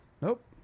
Nope